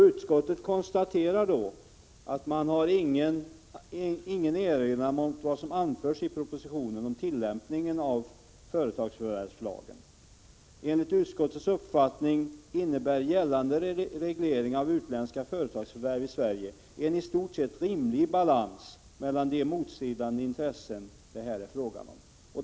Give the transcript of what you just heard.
Utskottet konstaterar att man inte har någon erinran mot det som anförs i propositionen om tillämpningen av företagsförvärvslagen. Enligt utskottets uppfattning innebär gällande reglering av utländska företags förvärv i Sverige en i stort sett rimlig balans mellan de motstridiga intressen det här är fråga om.